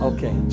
Okay